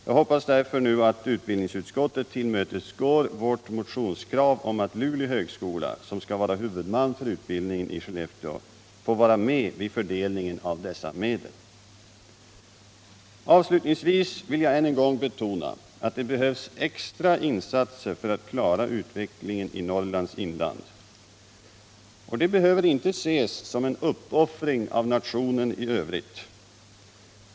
Jag hoppas att utbildningsutksottet tillmötesgår vårt motionskrav om att Luleå högskola, som skall vara huvudman för utbildningen i Skellefteå, får vara med vid fördelningen av dessa medel. Avslutningsvis vill jag än en gång betona att det behövs extra insatser för att klara utvecklingen i Norrlands inland. Det behöver inte ses som en uppoffring av nationen i övrigt.